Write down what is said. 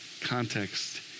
context